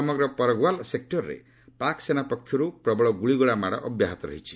ସମଗ୍ର ପର୍ଗ୍ୱାଲ୍ ସେକ୍ଟରରେ ପାକ୍ସେନା ପକ୍ଷରୁ ପ୍ରବଳ ଗୁଳିଗୋଳା ମାଡ଼ ଅବ୍ୟାହତ ରହିଛି